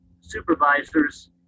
supervisors